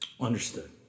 Understood